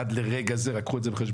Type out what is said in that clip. עד לרגע זה, רק קחו את זה בחשבון.